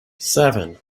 seven